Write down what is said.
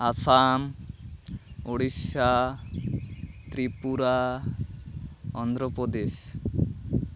Assam Orissa Tripura Andhra Pradesh